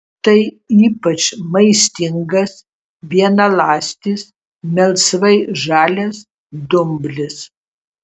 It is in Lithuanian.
tai ypač maistingas vienaląstis melsvai žalias dumblis